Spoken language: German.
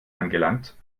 angelangt